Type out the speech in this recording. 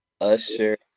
Usher